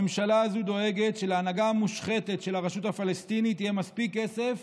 הממשלה הזו דואגת שלהנהגה המושחתת של הרשות הפלסטינית יהיה מספיק כסף